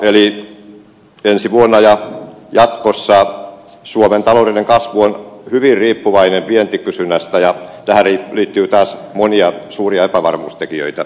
eli ensi vuonna ja jatkossa suomen taloudellinen kasvu on hyvin riippuvainen vientikysynnästä ja tähän liittyy taas monia suuria epävarmuustekijöitä